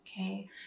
okay